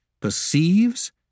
perceives